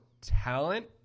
talent